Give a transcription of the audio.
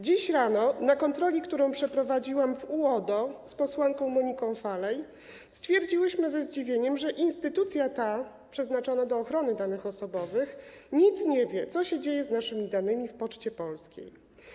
Dziś rano podczas kontroli, którą przeprowadziłam w UODO z posłanką Moniką Falej, stwierdziłyśmy ze zdziwieniem, że instytucja ta, przeznaczona do ochrony danych osobowych, nic nie wie o tym, co się dzieje z naszymi danymi po przekazaniu ich Poczcie Polskiej.